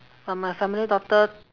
but my family doctor